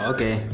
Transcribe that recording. Okay